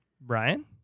Brian